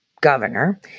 governor